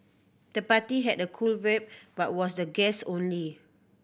the party had a cool vibe but was the guests only